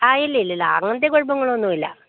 ആ ഇല്ല ഇല്ല അങ്ങനത്തെ കുഴപ്പങ്ങൾ ഒന്നും ഇല്ല